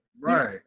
Right